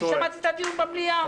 אני שמעתי את הדיון במליאה.